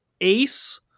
Ace